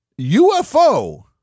UFO